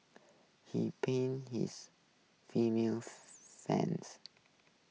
he pain his female fans